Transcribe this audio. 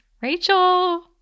Rachel